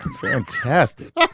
Fantastic